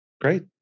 Great